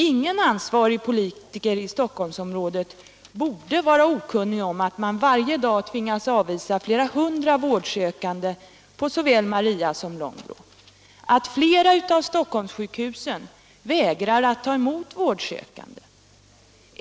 Ingen ansvarig politiker i Stockholmsområdet torde vara okunnig om att man varje dag tvingas avvisa flera hundra vårdsökande på såväl Maria som Långbro och att flera av Stockholmssjukhusen vägrar att ta emot vårdsökande.